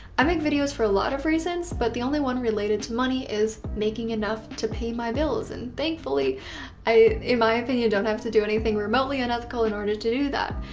i make videos for a lot of reasons but the only one related to money is making enough to pay my bills and thankfully i, in my opinion, don't have to do anything remotely unethical in order to do that.